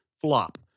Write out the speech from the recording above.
FLOP